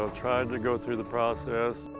ah trying to go through the process.